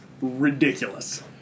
ridiculous